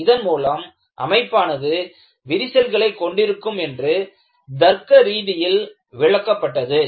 இதன் மூலம் அமைப்பானது விரிசல்களை கொண்டிருக்கும் என்று தர்க்க ரீதியில் விளக்கப்பட்டது